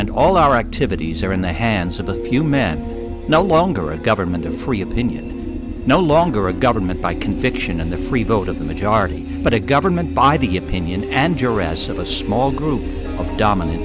and all our activities are in the hands of a few men no longer a government of free opinion no longer a government by conviction and the free vote of the majority but a government by the opinion and duress of a small group of dominan